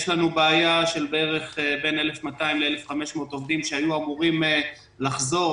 יש לנו בעיה של בין 1,200 1,500 עובדים שהיו אמורים לחזור,